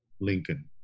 Lincoln